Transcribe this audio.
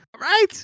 Right